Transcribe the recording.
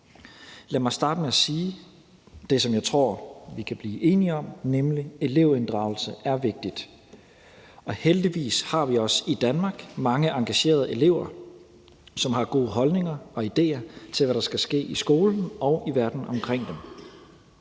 Lad mig starte med at sige det, som jeg tror vi kan blive enige om, nemlig at elevinddragelse er vigtigt. Og heldigvis har vi også i Danmark mange engagerede elever, som har gode holdninger og idéer til, hvad der skal ske i skolen og i verden omkring dem.